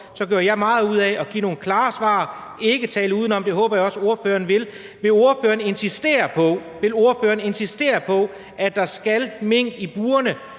gjorde jeg meget ud af at give nogle klare svar og ikke tale udenom, og det håber jeg også ordføreren vil. Vil ordføreren insistere på, at der skal mink i burene,